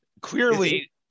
Clearly